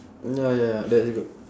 mm ya ya that's good